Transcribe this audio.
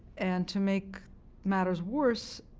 and to make matters worse,